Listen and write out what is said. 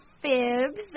fibs